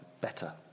better